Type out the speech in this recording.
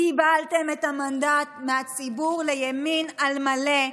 קיבלתם את המנדט מהציבור לימין על מלא.